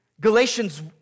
Galatians